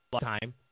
time